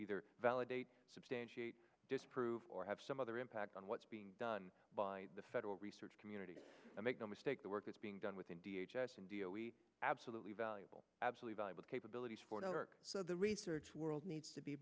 either validate substantiate disprove or have some other impact on what's being done by the federal research community and make no mistake the work is being done within d h s s and vo we absolutely valuable absolute valuable capabilities for an arc so the research world needs to be